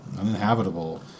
uninhabitable